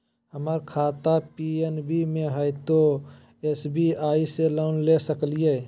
हमर खाता पी.एन.बी मे हय, तो एस.बी.आई से लोन ले सकलिए?